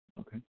Okay